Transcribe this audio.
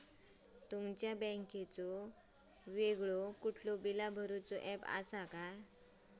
तुमच्या बँकेचो वेगळो कुठलो बिला भरूचो ऍप असा काय?